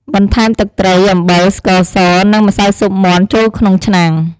បន្ថែម ទឹកត្រី អំបិល ស្ករស និង ម្សៅស៊ុបមាន់ ចូលក្នុងឆ្នាំង។